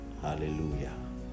Hallelujah